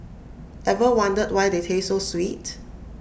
ever wondered why they taste so sweet